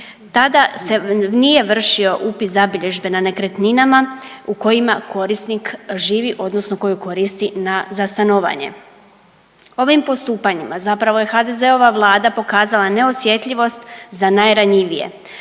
tada se nije vršio upis zabilježbe na nekretninama u kojima korisnik živi odnosno koju koristi na, za stanovanje. Ovim postupanjima zapravo je HDZ-ova vlada pokazala neosjetljivost za najranjivije,